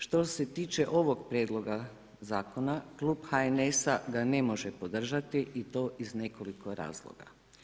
Što se tiče ovog Prijedloga Zakona, Klub HNS-a ga ne može podržati i to iz nekoliko razloga.